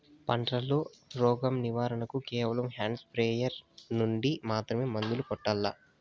పంట లో, రోగం నివారణ కు కేవలం హ్యాండ్ స్ప్రేయార్ యార్ నుండి మాత్రమే మందులు కొట్టల్లా?